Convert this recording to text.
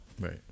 Right